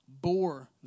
bore